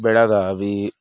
Belagavi